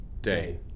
day